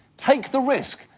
take the risk,